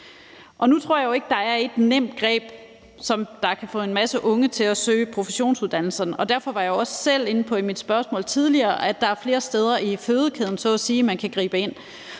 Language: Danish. Nu tror jeg jo ikke, der er et nemt greb, der kan få en masse unge til at søge professionsuddannelserne. Derfor var jeg også selv inde på i mit spørgsmål tidligere, at der er flere steder i fødekæden, så at sige,